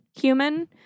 human